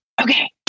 okay